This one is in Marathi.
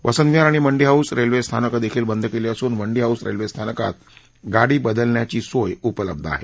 वसंत विहार आणि मंडी हाऊस रेल्वे स्थानकं देखील बंद केली असून मंडी हाऊस रेल्वे स्थानकात गाडी बदलण्याची सोय उपलब्ध आहे